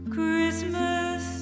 Christmas